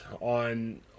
on